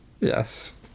Yes